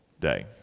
day